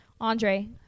Andre